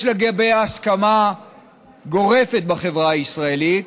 יש לגביה הסכמה גורפת בחברה הישראלית